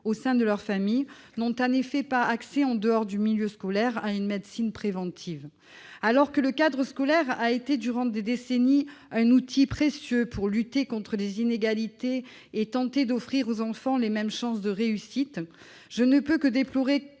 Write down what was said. au sein de leur famille, n'ont en effet pas accès en dehors du milieu scolaire à une médecine préventive. Alors que le cadre scolaire a été durant des décennies un outil précieux pour lutter contre les inégalités et tenter d'offrir aux enfants les mêmes chances de réussite, je ne peux que déplorer